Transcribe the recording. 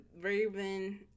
Raven